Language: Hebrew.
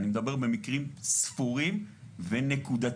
אני מדבר במקרים ספורים ונקודתיים,